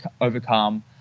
overcome